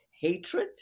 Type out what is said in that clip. hatred